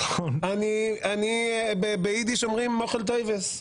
למת הכנסת